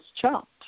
chopped